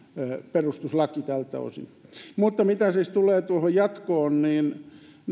perustuslaki mutta mitä siis tulee jatkoon niin